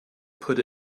put